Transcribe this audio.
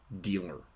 dealer